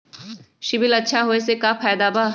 CIBIL अच्छा होऐ से का फायदा बा?